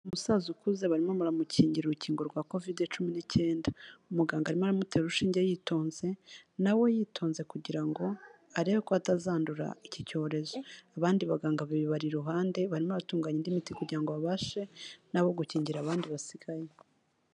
Umusaza ukuze barimo baramukingira urukingo rwa Covid cumi n'ikenda. Umuganga arimo aramutera urushinge yitonze na we yitonze kugira ngo arebe ko atazandura iki cyorezo, abandi baganga babari iruhande bari batunganya indi miti kugira ngo babashe nabo gukingira abandi basigaye.